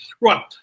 Right